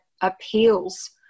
appeals